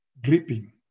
dripping